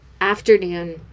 afternoon